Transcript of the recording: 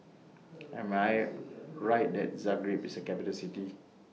Am I Right that Zagreb IS A Capital City